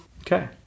Okay